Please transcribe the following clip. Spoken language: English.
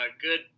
good